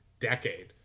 decade